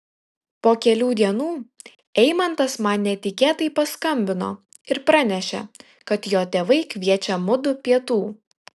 po kelių dienų eimantas man netikėtai paskambino ir pranešė kad jo tėvai kviečia mudu pietų